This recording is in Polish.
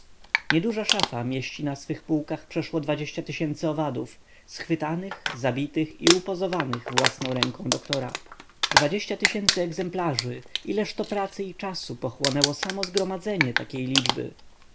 nieduża szafa mieści na swych półkach przeszło owadów schwytanych zabitych i upozowanych własną doktora ręką dwadzieścia tysięcy egzemplarzy ileż to pracy i czasu pochłonęło samo zgromadzenie takiej liczby